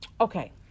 Okay